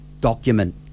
document